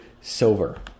silver